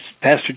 Pastor